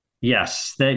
Yes